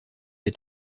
est